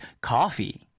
Coffee